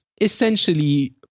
essentially